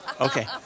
Okay